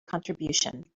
contribution